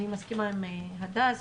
אני מסכימה עם הדס,